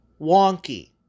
wonky